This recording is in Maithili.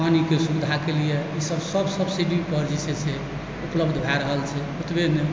पानिके सुविधाके लेल ई सब सब्सिडीपर जे छै से उपलब्ध भए रहल छै ओतबे नहि